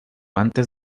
antes